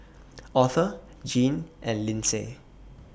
Author Gene and Linsey